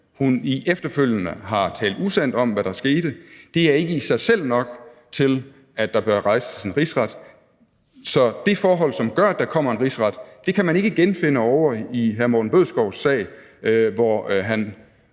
hun efterfølgende har talt usandt om, hvad der skete, er ikke i sig selv nok til, at der bør rejses en rigsret. Så det forhold, der gør, at der kommer en rigsret, kan man ikke genfinde ovre i hr. Morten Bødskovs sag, hvor han